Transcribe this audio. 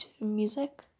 music